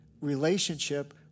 relationship